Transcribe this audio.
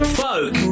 folk